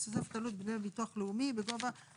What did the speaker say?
תוספת ותק ודמי הבראה); יש